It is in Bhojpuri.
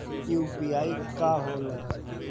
यू.पी.आई का होला?